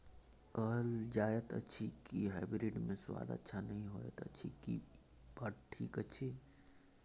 कहल जायत अछि की हाइब्रिड मे स्वाद अच्छा नही होयत अछि, की इ बात ठीक अछि?